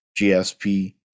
GSP